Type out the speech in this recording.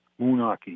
Moonaki